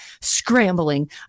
scrambling